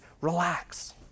Relax